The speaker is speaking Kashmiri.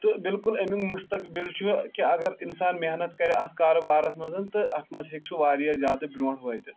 تہٕ بالکل امیُک مُستقبل چھُ کہِ اگر انسان محنت کرِ اتھ کاربارس منزن تہٕ اتھ منز ہیکہِ سہُ واریاہ زیادٕ بروٚنٛہہ وٲتِتھ